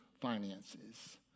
finances